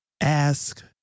ask